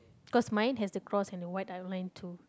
cause mine has the cross and a white double line too